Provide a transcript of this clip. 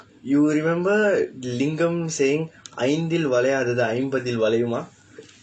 you will remember lingam saying ஐந்தில் வளையாதது ஐம்பதில் வளையுமா:ainthil valayaathathu aimbathil valayumaa